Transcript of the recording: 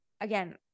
again